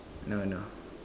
no no